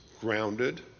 grounded